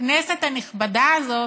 הכנסת הנכבדה הזאת,